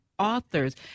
Authors